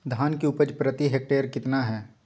धान की उपज प्रति हेक्टेयर कितना है?